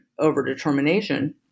overdetermination